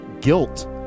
guilt